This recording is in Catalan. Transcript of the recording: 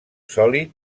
sòlid